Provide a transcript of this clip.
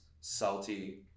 salty